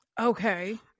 Okay